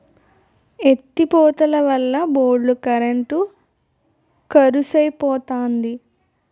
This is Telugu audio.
ఎత్తి పోతలవల్ల బోల్డు కరెంట్ కరుసైపోతంది